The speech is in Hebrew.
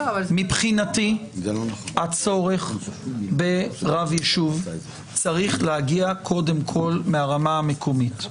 מבחינתי הצורך ברב יישוב צריך להגיע קודם כל מהרמה המקומית.